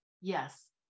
Yes